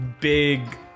big